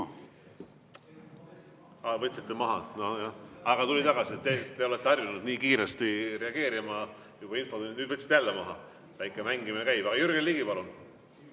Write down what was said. Aa, võtsite maha. Nojah. Aga tuli tagasi, te olete harjunud nii kiiresti reageerima. Nüüd võtsite jälle maha? Väike mängimine käib. Jürgen Ligi, palun!